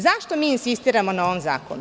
Zašto mi insistiramo na ovom zakonu?